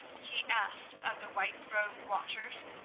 he asked of the whiterobed watchers.